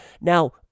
Now